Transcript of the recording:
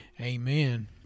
Amen